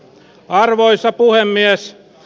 arvoisa puhemies